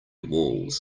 walls